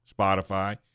Spotify